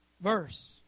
verse